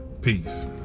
Peace